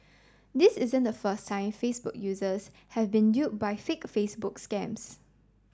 this isn't the first time Facebook users have been duped by fake Facebook scams